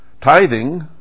Tithing